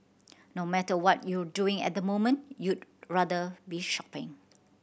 no matter what you're doing at the moment you'd rather be shopping